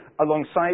alongside